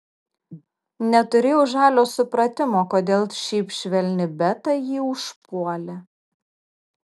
neturėjau žalio supratimo kodėl šiaip švelni beta jį užpuolė